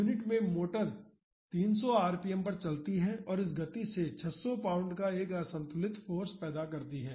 unit में motor 300 RPM पर चलती है और इस गति से 600 पाउंड का असंतुलित फाॅर्स पैदा करती है